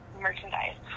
merchandise